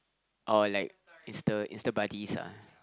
or like Insta Insta buddies ah